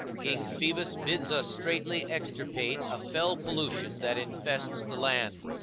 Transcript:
king phoebus bids us straitly extirpate a fell pollution that infests the land,